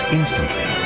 instantly